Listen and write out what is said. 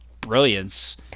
brilliance